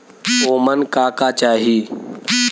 ओमन का का चाही?